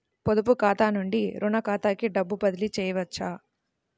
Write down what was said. పొదుపు ఖాతా నుండీ, రుణ ఖాతాకి డబ్బు బదిలీ చేయవచ్చా?